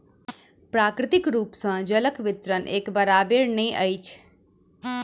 प्राकृतिक रूप सॅ जलक वितरण एक बराबैर नै अछि